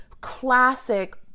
classic